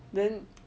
then